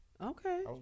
okay